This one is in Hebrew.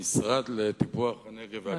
המשרד לטיפוח הנגב והגליל,